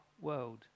world